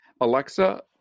Alexa